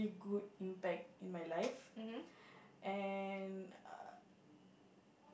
good impact in my life and